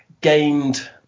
gained